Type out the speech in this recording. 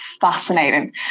fascinating